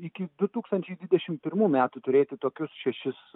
iki du tūkstančiai dvidešimt pirmų metų turėti tokius šešis